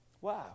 Wow